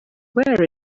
where